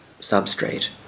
substrate